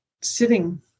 sitting